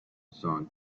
son